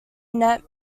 net